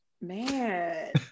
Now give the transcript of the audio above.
Man